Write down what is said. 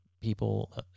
people